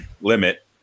limit